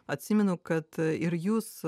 atsimenu kad ir jūs